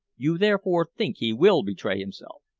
you therefore think he will betray himself?